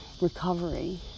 recovery